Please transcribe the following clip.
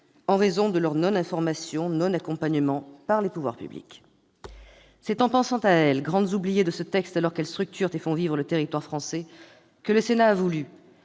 en raison de l'absence d'information et d'accompagnement par les pouvoirs publics. C'est en pensant à elles, grandes oubliées de ce texte alors qu'elles structurent et font vivre le territoire français, que le Sénat a